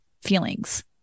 feelings